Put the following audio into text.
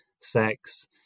sex